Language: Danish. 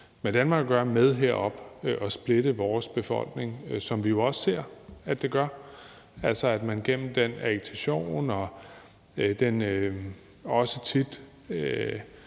med Danmark at gøre, med her op og splitte vores befolkning, som vi jo ser at det gør. Gennem den agitation og den også tit